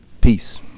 Peace